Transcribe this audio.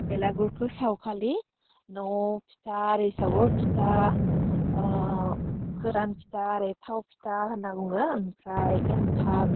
बेलागुरखौ सावखालि नआव फिथा आरि सावयो फिथा ओह गोरान फिथा आरो थाव फिथा होन्नानै बुङो ओमफ्राय एनथाब